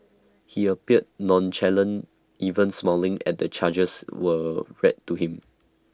he appeared nonchalant even smiling at the charges were read to him